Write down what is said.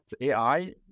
AI